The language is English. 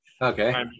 okay